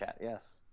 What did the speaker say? yes